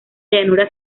llanura